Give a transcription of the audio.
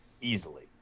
easily